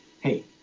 hey